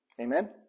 Amen